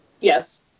yes